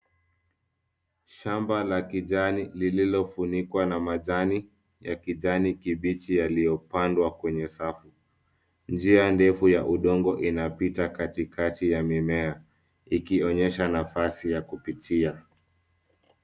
Shamba la kijani lililofunikwa na majani ya kijani kibichi yaliyopanandwa kwenye safu. Njia ndefu ya udongo inapita katikati ya mimea ikionyesha nafasi ya kupitia.